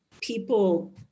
people